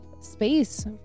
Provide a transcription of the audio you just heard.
space